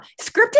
scripted